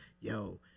yo